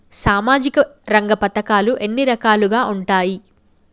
సామాజిక రంగ పథకాలు ఎన్ని రకాలుగా ఉంటాయి?